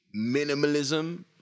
minimalism